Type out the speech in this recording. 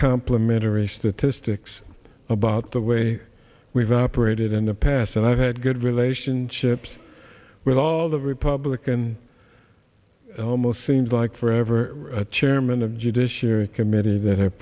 complimentary statistics about the way we've operated in the past and i've had good relationships with all the republican almost seems like forever chairman of judiciary committee that have